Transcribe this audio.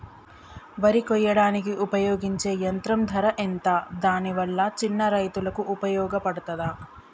వరి కొయ్యడానికి ఉపయోగించే యంత్రం ధర ఎంత దాని వల్ల చిన్న రైతులకు ఉపయోగపడుతదా?